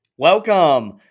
Welcome